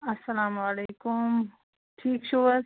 اسلامُ علیکُم ٹھیٖک چھُو حظ